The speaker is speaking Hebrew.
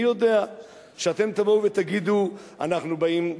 אני יודע שאתם תבואו ותגידו: אנחנו באים,